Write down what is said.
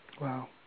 Wow